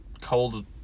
cold